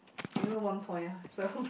below one point so